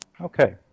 Okay